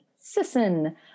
Sisson